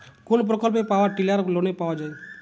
কোন প্রকল্পে power tiller লোনে পাওয়া য়ায়?